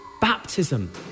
Baptism